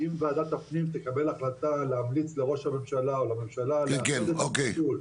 אם ועדת הפנים תקבל החלטה להמליץ לראש הממשלה או לממשלה לאחד את הפיצול.